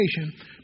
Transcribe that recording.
Education